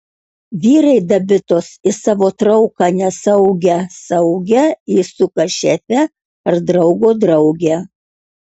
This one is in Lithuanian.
vyrai dabitos į savo trauką nesaugią saugią įsuka šefę ar draugo draugę